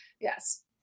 yes